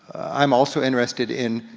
i'm also interested in